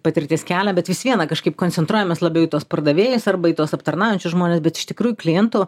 patirties kelią bet vis viena kažkaip koncentruojamės labiau į tuos pardavėjus arba į tuos aptarnaujančius žmones bet iš tikrųjų kliento